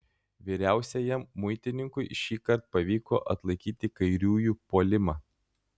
vyriausiajam muitininkui šįkart pavyko atlaikyti kairiųjų puolimą